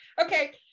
Okay